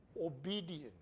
obedience